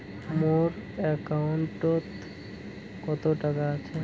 মোর একাউন্টত কত টাকা আছে?